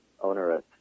onerous